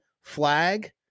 Flag